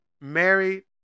married